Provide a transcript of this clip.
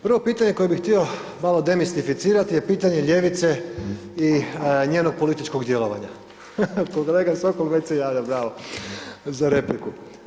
Prvo pitanje koje bih htio malo demistificirati je pitanje ljevice i njenog političkog djelovanja, kolega Sokol već se javlja, bravo za repliku.